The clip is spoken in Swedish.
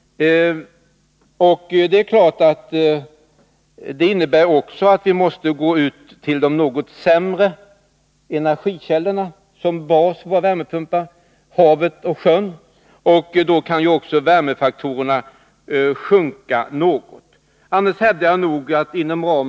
Så stor oljeersättning innebär också att vi måste använda de något sämre energikällorna som bas för våra värmepumpar, havsoch sjövatten. Då kan också värmefaktorerna sjunka något.